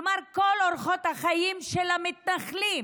כלומר כל אורחות החיים של המתנחלים